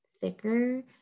thicker